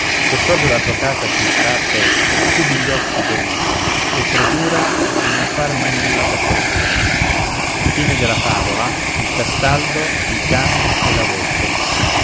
se proprio la tua casa ti sta a petto chiudi gli occhi per l'ultimo e procura di non fare mai nulla per procura e